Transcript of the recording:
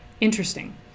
Interesting